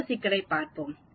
மற்றொரு சிக்கலைப் பார்ப்போம்